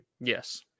Yes